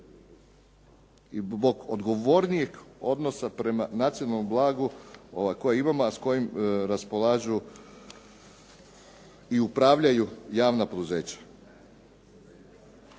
odgovornijeg odnosa prema nacionalnom blagu koje imamo a s kojim raspolažu i upravljaju javna poduzeća.